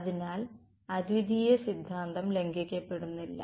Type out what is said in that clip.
അതിനാൽ അദ്വിതീയ സിദ്ധാന്തം ലംഘിക്കപ്പെടുന്നില്ല